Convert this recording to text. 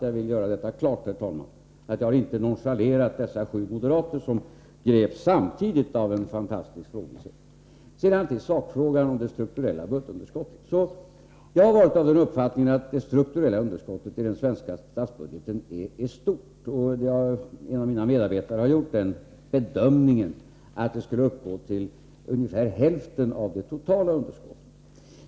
Jag vill, herr talman, göra klart att jag inte nonchalerar dessa sju moderater, som samtidigt greps av en fantastisk frågvishet. Så till sakfrågan om det strukturella budgetunderskottet. Jag har varit av den uppfattningen att det strukturella underskottet i den svenska statsbudgeten är stort. En av mina medarbetare har gjort den bedömningen att det skulle uppgå till ungefär hälften av det totala underskottet.